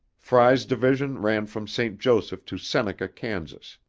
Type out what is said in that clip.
frey's division ran from st. joseph to seneca, kansas,